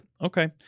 okay